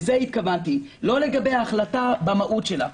לזה התכוונתי ולא לגבי ההחלטה במהות שלה.